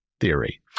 theory